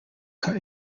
cut